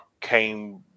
came